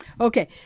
Okay